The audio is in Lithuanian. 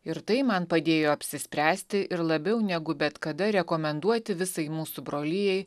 ir tai man padėjo apsispręsti ir labiau negu bet kada rekomenduoti visai mūsų brolijai